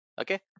okay